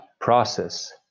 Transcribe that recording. process